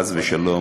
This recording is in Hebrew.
חס ושלום.